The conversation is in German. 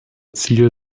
ziel